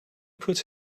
puts